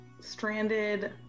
stranded